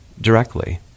directly